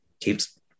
keeps